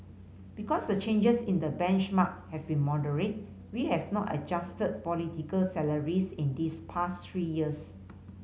because the changes in the benchmark have been moderate we have not adjusted political salaries in these past three years